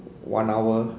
one hour